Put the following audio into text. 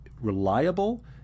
reliable